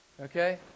Okay